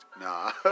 nah